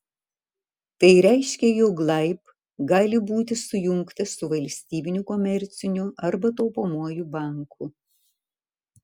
tai reiškia jog laib gali būti sujungtas su valstybiniu komerciniu arba taupomuoju banku